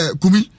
kumi